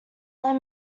let